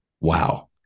Wow